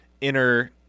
inner